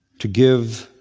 to give